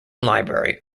library